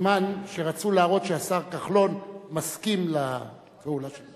סימן שרצו להראות שהשר כחלון מסכים לפעולה שלו.